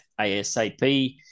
ASAP